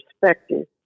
perspective